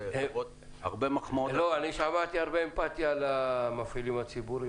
אני שמעתי הרבה אמפתיה למפעילים הציבוריים.